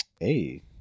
Hey